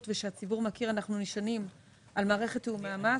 ושהציבור מכיר אנחנו נשענים את מערכת תיאומי המס,